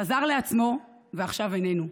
חזר לעצמו, ועכשיו איננו.